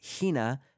hina